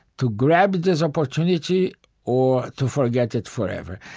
to grab this opportunity or to forget it forever.